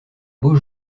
beau